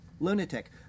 Lunatic